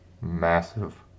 massive